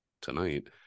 tonight